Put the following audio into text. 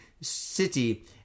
City